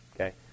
okay